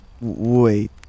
Wait